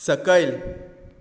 सकयल